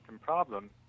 problem